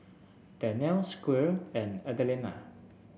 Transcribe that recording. Danelle Squire and Adelina